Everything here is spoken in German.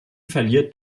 verliert